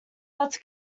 but